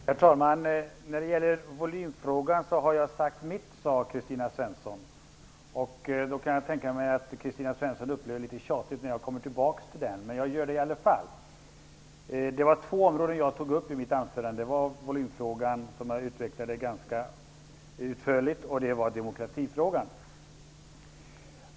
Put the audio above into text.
Herr talman! Kristina Svensson sade att hon har sagt vad hon har att säga i volymfrågan. Jag kan tänka mig att Kristina Svensson upplever det som tjatigt när jag kommer tillbaka till den frågan. Jag gör det i alla fall. Jag tog upp två områden i mitt anförande. Det var volymfrågan, som jag utvecklade ganska utförligt. Det var vidare demokratifrågan.